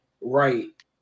Right